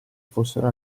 fossero